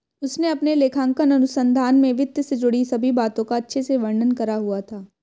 उसने अपने लेखांकन अनुसंधान में वित्त से जुड़ी सभी बातों का अच्छे से वर्णन करा हुआ था